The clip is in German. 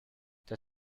der